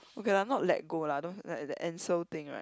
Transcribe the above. okay lah not let go lah don't as in like the Ansell thing right